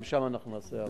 גם שם אנחנו נעשה עבודה.